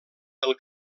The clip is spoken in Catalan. del